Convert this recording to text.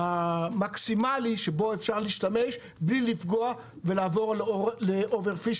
המקסימלי שבו אפשר להשתמש בלי לפגוע ולעבור ל-over-fishing.